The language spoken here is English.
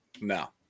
no